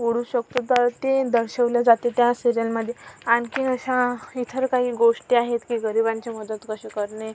ओढू शकतो तर ते दर्शवलं जाते त्या सिरीयलमध्ये आणखीन अशा इतर काही गोष्टी आहेत की गरिबांची मदत कशी करणे